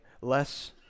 less